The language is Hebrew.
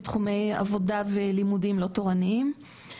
בתחומי עבודה ולימודים לא תורניים.